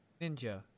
ninja